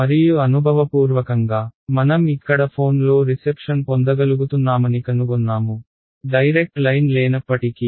మరియు అనుభవపూర్వకంగా మనం ఇక్కడ ఫోన్లో రిసెప్షన్ పొందగలుగుతున్నామని కనుగొన్నాము డైరెక్ట్ లైన్ లేనప్పటికీ